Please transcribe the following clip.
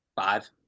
Five